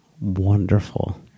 wonderful